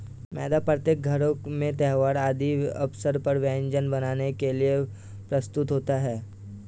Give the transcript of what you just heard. मैदा प्रत्येक घरों में त्योहार आदि के अवसर पर व्यंजन बनाने के लिए प्रयुक्त होता है